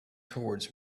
towards